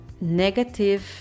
negative